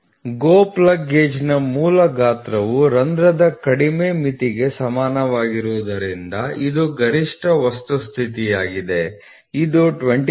000 GO plug ಗೇಜ್ನ ಮೂಲ ಗಾತ್ರವು ರಂಧ್ರದ ಕಡಿಮೆ ಮಿತಿಗೆ ಸಮನಾಗಿರುವುದರಿಂದ ಇದು ಗರಿಷ್ಠ ವಸ್ತು ಸ್ಥಿತಿಯಾಗಿದೆ ಇದು 25